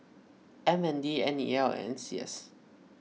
M N D N E L and N C S